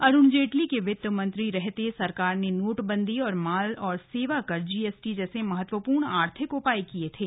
अरुण जेटली के वित्त मंत्री रहते सरकार ने नोट बंदी और माल और सेवाकर जीएसटी जैसे महत्वपूर्ण आर्थिक उपाय किये थे